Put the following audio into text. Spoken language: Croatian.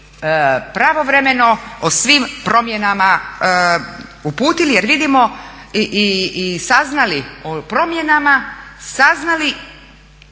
pravovremeno o svim promjenama uputili i saznali o promjenama, saznali